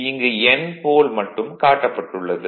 இங்கு N போல் மட்டும் காட்டப்பட்டுள்ளது